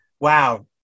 Wow